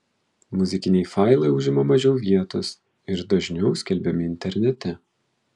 muzikiniai failai užima mažiau vietos ir dažniau skelbiami internete